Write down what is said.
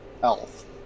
health